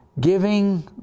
giving